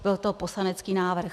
Byl to poslanecký návrh.